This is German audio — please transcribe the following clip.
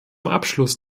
abschluss